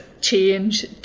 change